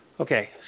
Okay